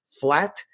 flat